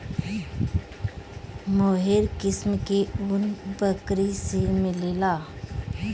मोहेर किस्म के ऊन बकरी से मिलेला